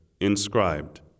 inscribed